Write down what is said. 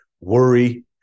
worry